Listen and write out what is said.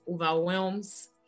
overwhelms